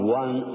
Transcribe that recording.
one